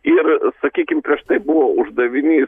ir sakykim prieš tai buvo uždavinys